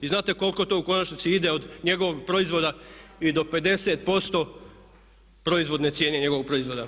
I znate koliko to u konačnici ide od njegovog proizvoda i do 50% proizvodne cijene njegovog proizvoda.